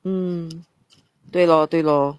mm 对咯对咯